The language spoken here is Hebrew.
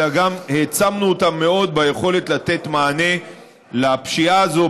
אלא גם העצמנו אותם מאוד ביכולת לתת מענה לפשיעה הזו,